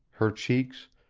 her cheeks,